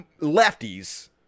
lefties